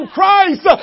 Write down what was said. Christ